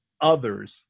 others